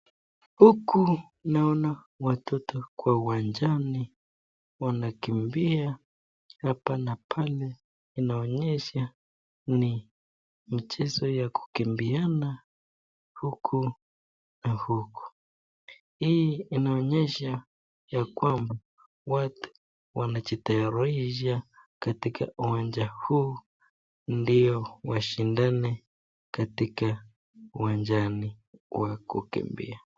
Huku naona watoto kwa uwanjani, wanakimbia hapa na pale, inaonyesha ni mchezo ya kukimbiana huku na huku. Hii inaonyesha ya kwamba watu wanajitayarisha katika uwanja huu ndiyo washindane katika uwanjani wa kukimbia.